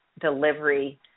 delivery